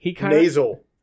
nasal